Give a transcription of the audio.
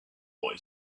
boy